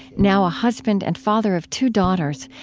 now a husband and father of two daughters,